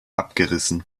abgerissen